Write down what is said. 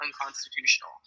unconstitutional